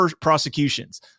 prosecutions